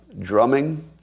drumming